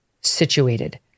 situated